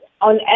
on